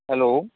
hello